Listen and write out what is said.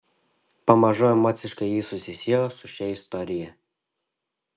pamažu emociškai ji susisiejo su šia istorija